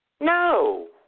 No